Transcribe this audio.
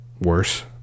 worse